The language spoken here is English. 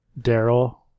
Daryl